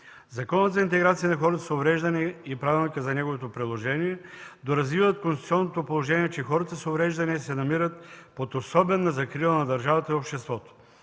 Законът за интеграция на хората с увреждания и правилника за неговото приложение доразвиват конституционното положение, че хората с увреждания се намират под особена закрила на държавата и обществото.